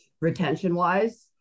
retention-wise